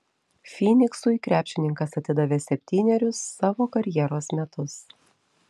fyniksui krepšininkas atidavė septynerius savo karjeros metus